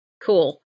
cool